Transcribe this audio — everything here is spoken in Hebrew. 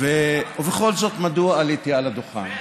ובכל זאת, מדוע עליתי על הדוכן?